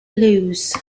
lose